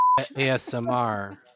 ASMR